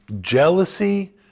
jealousy